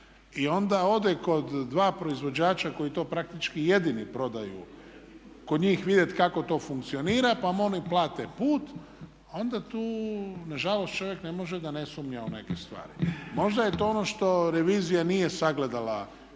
i onda ode kod dva proizvođača koji to praktički jedini prodaju kod njih vidjeti kako to funkcionira pa vam oni plate put onda tu nažalost čovjek ne može da ne sumnja u neke stvari. Možda je to ono što revizija nije sagledala u